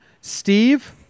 Steve